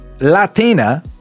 Latina